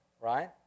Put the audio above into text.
Right